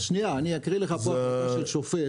אז שנייה, אני אקריא לך החלטה של שופט.